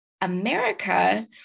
America